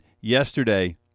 yesterday